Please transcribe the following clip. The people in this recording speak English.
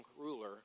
ruler